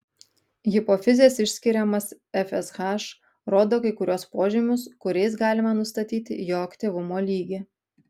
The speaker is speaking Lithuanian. hipofizės išskiriamas fsh rodo kai kuriuos požymius kuriais galima nustatyti jo aktyvumo lygį